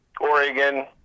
Oregon